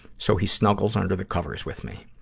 so he snuggles under the covers with me.